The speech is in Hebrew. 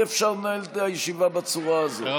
אי-אפשר לנהל את הישיבה בצורה הזאת.